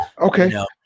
Okay